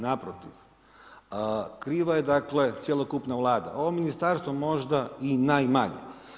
Naprotiv, kriva je dakle cjelokupna Vlada, ovo ministarstvo možda i najmanje.